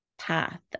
path